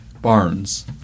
Barnes